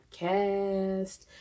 podcast